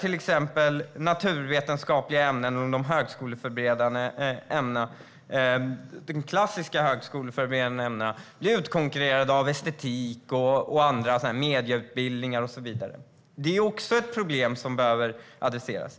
Till exempel blir de naturvetenskapliga och klassiska högskoleförberedande ämnena utkonkurrerade av estetiska ämnen, medieutbildningar och så vidare. Det är också ett problem som behöver adresseras.